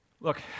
look